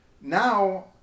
now